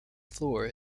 floor